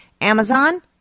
Amazon